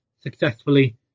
successfully